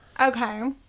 okay